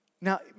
Now